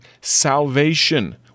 salvation